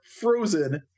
frozen